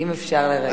אם אפשר לרגע.